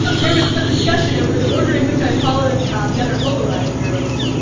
there was some discussion over the order in which i followed the other hololive girls.